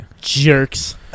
Jerks